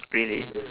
really